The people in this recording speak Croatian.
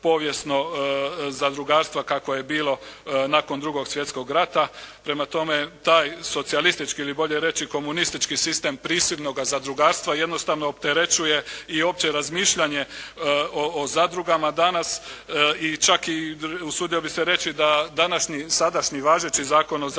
povijesno zadrugarstva kako je bilo nakon Drugog svjetskog rata. Prema tome, taj socijalistički ili bolje reći komunistički sistem prisilnoga zadrugarstva jednostavno opterećuje i opće razmišljanje o zadrugama danas i čak i usudio bih se reći da današnji, sadašnji važeći Zakon o zadrugama u